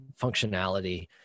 functionality